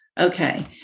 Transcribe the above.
Okay